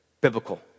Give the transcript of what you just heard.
biblical